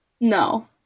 No